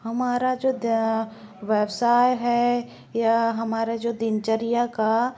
हमारा जो व्यवसाय है या हमारा जो दिनचर्या का